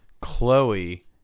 Chloe